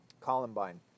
Columbine